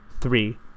three